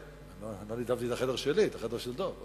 לא נידבתי את החדר שלי, את החדר של דב.